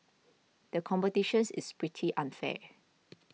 the competitions is pretty unfair